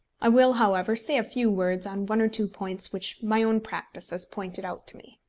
i will, however, say a few words on one or two points which my own practice has pointed out to me.